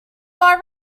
are